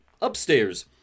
Upstairs